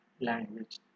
language